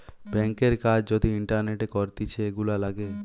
ব্যাংকের কাজ যদি ইন্টারনেটে করতিছে, এগুলা লাগে